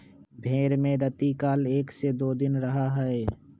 भेंड़ में रतिकाल एक से दो दिन रहा हई